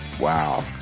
wow